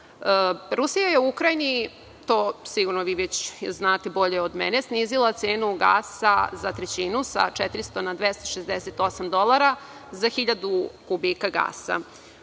je Ukrajini, to sigurno vi već znate bolje od mene, snizila cenu gasa za trećinu, sa 400 na 268 dolara za 1000 kubika gasa.